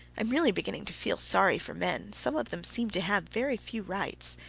i am really beginning to feel sorry for men. some of them seem to have very few rights.